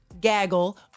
gaggle